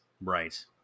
right